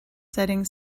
setting